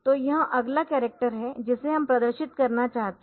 तो यह अगला कॅरक्टर है जिसे हम प्रदर्शित करना चाहते है